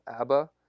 ABBA